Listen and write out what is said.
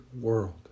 world